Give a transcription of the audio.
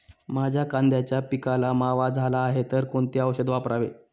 माझ्या कांद्याच्या पिकाला मावा झाला आहे तर कोणते औषध वापरावे?